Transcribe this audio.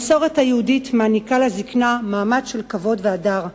המסורת היהודית מעניקה לזיקנה מעמד של כבוד והדר.